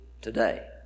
today